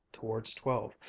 towards twelve.